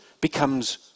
becomes